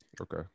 Okay